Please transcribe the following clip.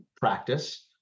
practice